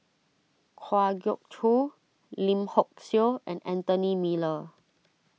Kwa Geok Choo Lim Hock Siew and Anthony Miller